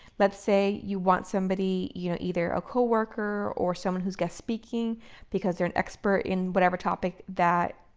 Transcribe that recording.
let's say you want somebody, you know either a co-worker or someone who's guest speaking because they're an expert in whatever topic that,